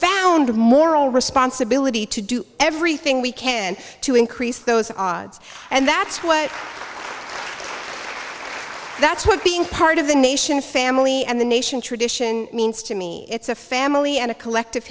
profound moral responsibility to do everything we can to increase those odds and that's what that's what being part of the nation family and the nation tradition means to me it's a family and a collective